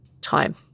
time